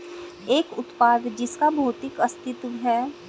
एक उत्पाद जिसका भौतिक अस्तित्व है?